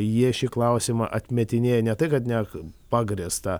jie šį klausimą atmetinėja ne tai kad nepagrįsta